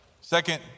Second